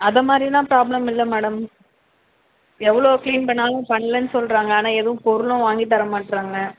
அதை மாதிரிலாம் ப்ராப்ளம் இல்லை மேடம் எவ்வளோ க்ளீன் பண்ணாலும் பண்லைனு சொல்றாங்க ஆனால் எதுவும் பொருளும் வாங்கித்தர மாட்டேறாங்க